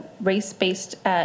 race-based